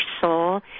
soul